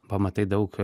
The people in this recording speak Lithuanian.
pamatai daug